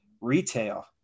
retail